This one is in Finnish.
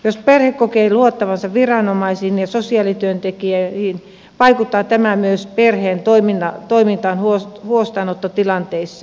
jos perhe kokee luottavansa viranomaisiin ja sosiaalityöntekijöihin vaikuttaa tämä myös perheen toimintaan huostaanottotilanteissa